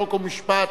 חוק ומשפט,